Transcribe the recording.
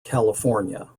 california